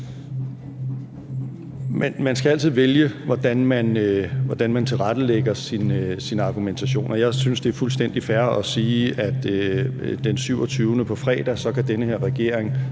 Man skal altid vælge, hvordan man tilrettelægger sin argumentation. Jeg synes, det er fuldstændig fair at sige, at den her regering